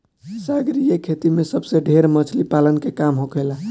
सागरीय खेती में सबसे ढेर मछली पालन के काम होखेला